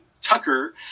Tucker